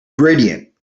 gradient